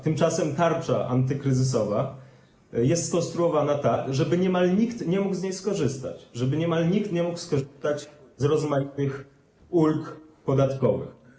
Tymczasem tarcza antykryzysowa jest skonstruowana tak, żeby niemal nikt nie mógł z niej skorzystać, żeby niemal nikt nie mógł skorzystać z rozmaitych ulg podatkowych.